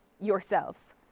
yourselves